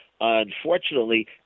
Unfortunately